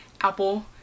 Apple